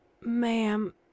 Ma'am